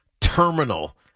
terminal